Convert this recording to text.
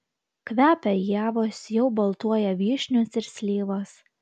kvepia ievos jau baltuoja vyšnios ir slyvos